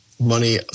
money